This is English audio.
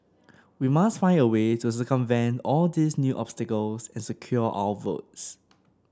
we must find a way to circumvent all these new obstacles and secure our votes